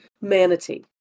manatee